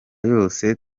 yose